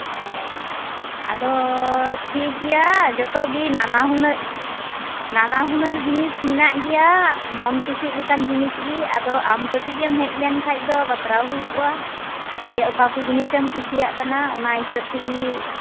ᱦᱮᱸ ᱟᱫᱚ ᱴᱷᱤᱠ ᱜᱮᱭᱟ ᱡᱚᱛᱚᱜᱮ ᱱᱟᱱᱟ ᱦᱩᱱᱟᱹᱨ ᱱᱟᱱᱟ ᱦᱩᱱᱟᱹᱨ ᱡᱤᱱᱤᱥ ᱢᱮᱱᱟᱜ ᱜᱮᱭᱟ ᱢᱚᱱ ᱠᱩᱥᱤᱜ ᱞᱮᱠᱟᱱ ᱡᱤᱱᱤᱥ ᱜᱮ ᱟᱫᱚ ᱟᱢ ᱠᱟᱹᱴᱤᱡ ᱮᱢ ᱦᱮᱡ ᱞᱮᱱᱠᱷᱟᱱ ᱫᱚ ᱵᱟᱛᱨᱟᱣ ᱦᱩᱭ ᱠᱚᱜᱼᱟ ᱡᱮ ᱚᱠᱟ ᱠᱚ ᱡᱤᱱᱤᱥ ᱮᱢ ᱠᱩᱥᱤᱭᱟᱜ ᱠᱟᱱᱟ ᱚᱱᱟ ᱦᱤᱥᱟᱹᱵ ᱛᱮᱜᱮ